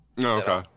okay